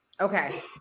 Okay